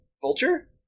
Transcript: Vulture